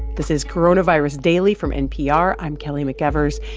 this is coronavirus daily from npr. i'm kelly mcevers.